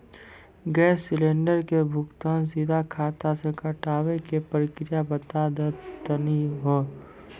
Gas cylinder के भुगतान सीधा खाता से कटावे के प्रक्रिया बता दा तनी हो?